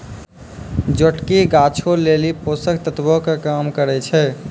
जोटकी गाछो लेली पोषक तत्वो के काम करै छै